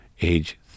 age